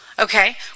Okay